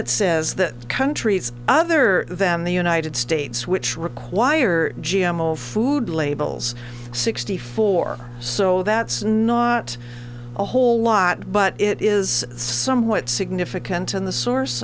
it says that countries other than the united states which require g m o food labels sixty four so that's not a whole lot but it is somewhat significant in the source